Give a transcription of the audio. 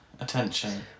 attention